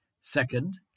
Second